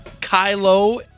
Kylo